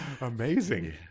amazing